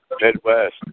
Midwest